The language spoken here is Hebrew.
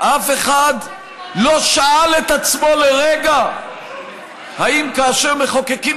אף אחד לא שאל את עצמו לרגע אם כאשר מחוקקים